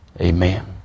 amen